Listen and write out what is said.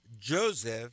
Joseph